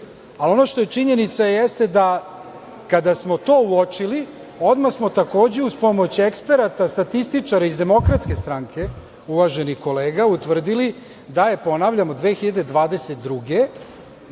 Srbije. Ono što je činjenica jeste da kada smo to uočili odmah smo, takođe uz pomoć eksperata, statističara iz Demokratske stranke, uvaženi kolegas, utvrdili da je, ponavljam, od 2022,